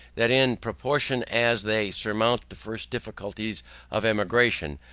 that in proportion as they surmount the first difficulties of emigration,